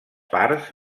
parts